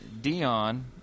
Dion